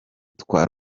twa